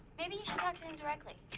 maybe you should talk to him directly.